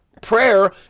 prayer